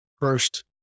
first